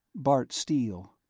bart steele.